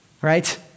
right